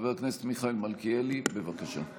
חבר הכנסת מיכאל מלכיאלי, בבקשה,